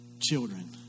children